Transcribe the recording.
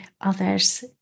others